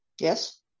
Yes